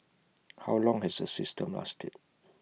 how long has the system lasted